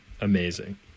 amazing